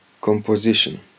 composition